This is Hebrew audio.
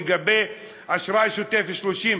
לגבי אשראי שוטף פלוס 30,